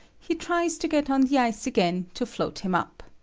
he tries to get on the ice again to float him up.